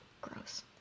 Gross